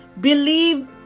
Believe